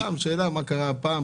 יש לי שאלה: מה קרה הפעם?